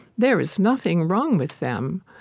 there is nothing wrong with them.